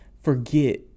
forget